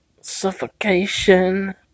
suffocation